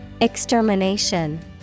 Extermination